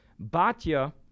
Batya